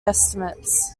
estimates